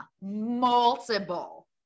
multiple